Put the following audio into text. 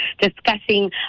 discussing